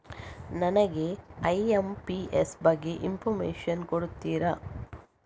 ನನಗೆ ಐ.ಎಂ.ಪಿ.ಎಸ್ ಬಗ್ಗೆ ಇನ್ಫೋರ್ಮೇಷನ್ ಕೊಡುತ್ತೀರಾ?